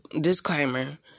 disclaimer